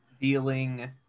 Dealing